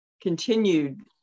continued